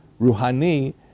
Rouhani